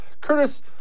Curtis